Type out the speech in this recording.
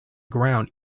ground